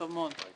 טוב מאוד.